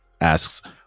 asks